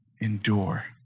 endure